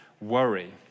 worry